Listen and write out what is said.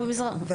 כן.